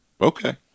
Okay